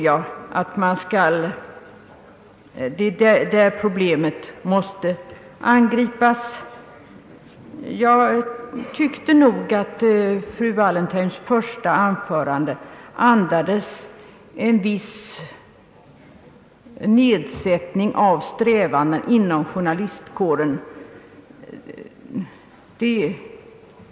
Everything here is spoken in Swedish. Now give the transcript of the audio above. Jag tyckte att fru Wallentheims första anförande andades en viss nedsättning av strävandena inom journalistkåren.